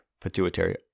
pituitary